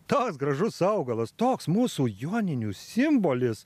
toks gražus augalas toks mūsų joninių simbolis